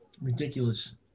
Ridiculous